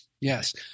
Yes